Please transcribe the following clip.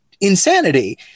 insanity